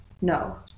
no